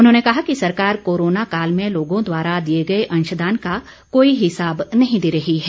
उन्होंने कहा कि सरकार कोरोना काल में लोगों द्वारा दिए गए अंशदान का कोई हिसाब नहीं दे रही है